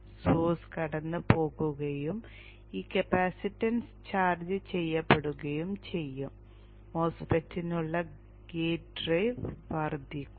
source കടന്നുപോകുകയും ഈ capacitance charge ചെയ്യുകയും ചെയ്യും MOSFET നുള്ള ഗേറ്റ് ഡ്രൈവ് വർദ്ധിക്കുന്നു